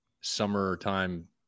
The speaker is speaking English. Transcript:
summertime